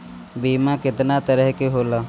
बीमा केतना तरह के होला?